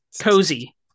Cozy